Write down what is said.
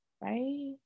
right